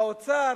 האוצר,